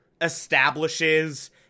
establishes